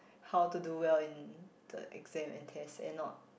how to do well in the exam and tests and not